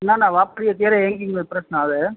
ના ના વાપરીયે ત્યારે હેંગિંગ નો પ્રશ્ન આવે છે